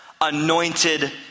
anointed